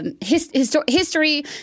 History